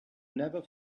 never